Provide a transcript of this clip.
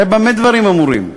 הרי במה דברים אמורים?